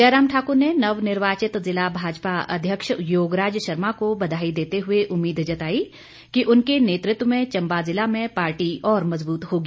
जयराम ठाकुर ने नवनिर्वाचित जिला भाजपा अध्यक्ष योगराज शर्मा को बधाई देते हुए उम्मीद जताई कि उनके नेतृत्व में चंबा जिला में पार्टी और मजबूत होगी